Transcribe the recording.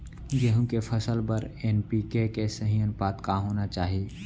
गेहूँ के फसल बर एन.पी.के के सही अनुपात का होना चाही?